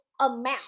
Amount